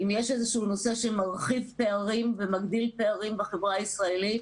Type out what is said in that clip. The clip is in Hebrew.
אם יש איזשהו נושא שמרחיב פערים ומגדיל פערים בחברה הישראלית,